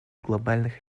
глобальных